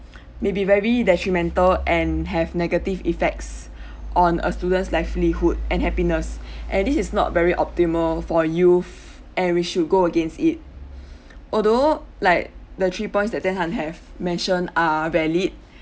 may be very detrimental and have negative effects on a student's livelihood and happiness and this is not very optimal for youth and we should go against it although like the three points that I have mentioned are valid